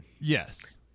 Yes